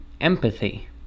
Empathy